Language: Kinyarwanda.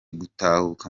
gutahuka